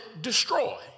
destroy